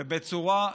ובצורה,